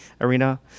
arena